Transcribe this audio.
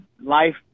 life